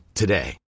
today